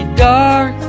dark